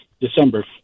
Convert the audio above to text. December